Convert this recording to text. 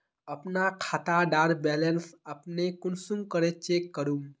अपना खाता डार बैलेंस अपने कुंसम करे चेक करूम?